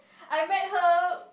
I met her